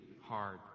hard